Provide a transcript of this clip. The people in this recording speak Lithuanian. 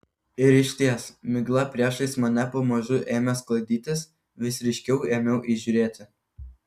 ir išties migla priešais mane pamažu ėmė sklaidytis vis ryškiau ėmiau įžiūrėti